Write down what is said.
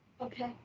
okay